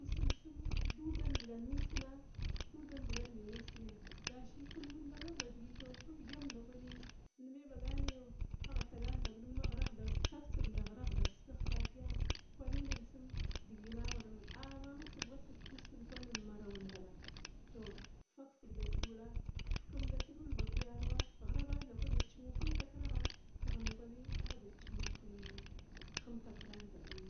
Ussin tsum duda ndzigan nusi na kai duda ndzigan bi nussini gashi in ɓagar ba thir ba kullum ivgyamd ndakwani in me ɓaganayo agha tagana thab nin maghirgh tsaktsig tha ghiragh takia kwani nintsum digina maramung ama ma thighvit thig tussin kwan maraw thaba tou fakfig datdula fikum datdul vak yaruwa, gthirava ndakwi da cinu kimtakiragha kigh nda kwi agha da cina kimtakiran thab, nin